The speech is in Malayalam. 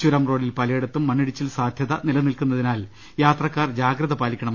ചുരം റോഡിൽ പലയിടത്തും മണ്ണിടിച്ചിൽ സാധൃത നിലനിൽക്കുന്നതിനാൽ യാത്രക്കാർ ജാഗ്രത പാലിക്കണ